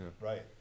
right